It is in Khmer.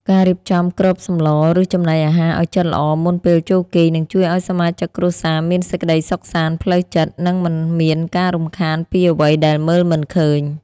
ការរៀបចំគ្របសម្ល ឬចំណីអាហារឱ្យជិតល្អមុនពេលចូលគេងនឹងជួយឱ្យសមាជិកគ្រួសារមានសេចក្តីសុខសាន្តផ្លូវចិត្ត និងមិនមានការរំខានពីអ្វីដែលមើលមិនឃើញ។